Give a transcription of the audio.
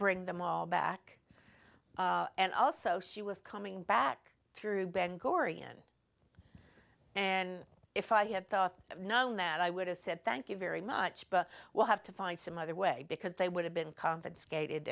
bring them all back and also she was coming back through ben gurion and if i had thought known that i would have said thank you very much but we'll have to find some other way because they would have been confiscated